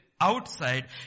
outside